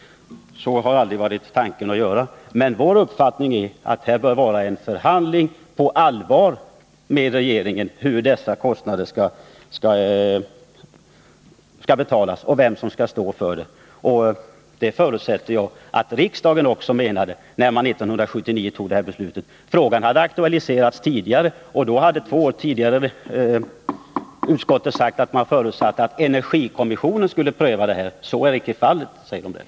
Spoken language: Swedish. Men tanken har aldrig varit att göra på det sättet. Vår uppfattning är att det bör ske en förhandling på allvar med regeringen om hur dessa kostnader skall betalas och vem som skall stå för dem. Det förutsätter jag också att riksdagen menade när man fattade beslutet 1979. Frågan hade aktualiserats två år tidigare, och utskottet hade sagt att man förutsatte att energikommissionen skulle pröva den. Men så är icke fallet, säger man där.